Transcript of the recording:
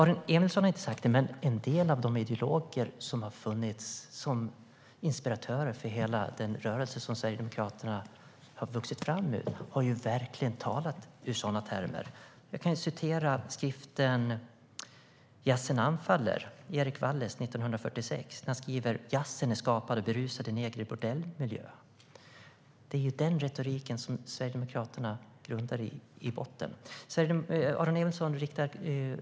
Aron Emilsson har inte sagt det, men en del av de ideologer som har funnits som inspiratörer för hela den rörelse som Sverigedemokraterna har vuxit fram ur har verkligen talat i sådana termer. I skriften Jazzen anfaller av Erik Walles från 1946 står det: Jazzen är skapad av berusade negrer i bordellmiljö. Det är den retoriken som Sverigedemokraterna har som grund. Aron Emilsson ger mig råd.